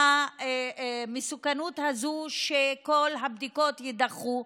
המסוכנות הזאת שכל הבדיקות יידחו.